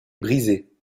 brisés